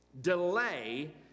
Delay